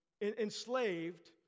enslaved